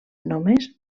només